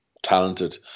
talented